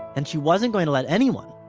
and she wasn't going to let anyone,